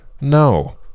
No